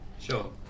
Sure